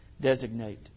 designate